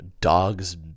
dog's